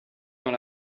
dans